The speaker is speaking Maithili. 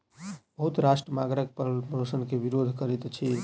बहुत राष्ट्र मगरक पालनपोषण के विरोध करैत अछि